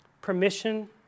Permission